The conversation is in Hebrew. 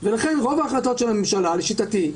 אז כדי לעשות את הצמצום של 10%,